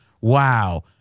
wow